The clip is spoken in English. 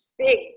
big